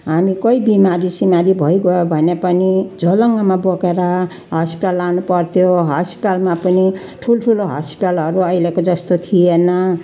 हामी कोही बिमारीसिमारी भइगयो भने पनि झलुङ्गोमा बोकेर हस्पिटल लानुपर्थ्यो हस्पिटलमा पनि ठुल्ठुलो हस्पिटलहरू अहिलेको जस्तो थिएन